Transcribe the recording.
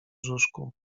brzuszku